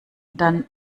dann